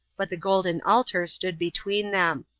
but the golden altar stood between them.